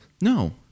No